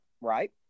right